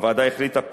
הוועדה החליטה,